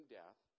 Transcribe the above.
death